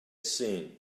seen